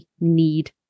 need